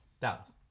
Dallas